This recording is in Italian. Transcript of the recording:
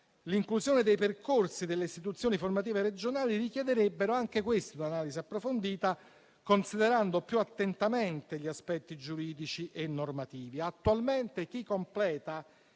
l'inclusione dei percorsi delle istituzioni formative regionali richiederebbe anch'essa un'analisi approfondita, considerando più attentamente gli aspetti giuridici e normativi. Attualmente, chi completa